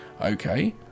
okay